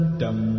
dum